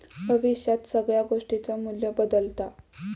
भविष्यात सगळ्या गोष्टींचा मू्ल्य बदालता